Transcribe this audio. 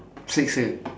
seksa